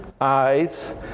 eyes